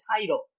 title